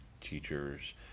teachers